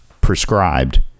prescribed